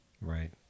right